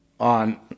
on